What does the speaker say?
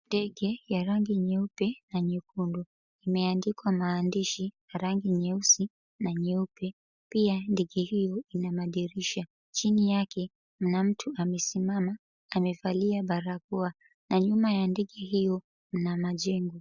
Ndege ya rangi nyeupe na nyekundu imeandikwa maandishi ya rangi nyeusi na nyeupe pia ndege hii ina madirisha. Chini yake mna mtu amesimama na amevalia barakoa na nyuma ya ndege hiyo mna majengo.